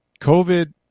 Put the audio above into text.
COVID